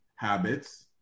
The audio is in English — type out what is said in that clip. habits